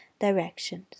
directions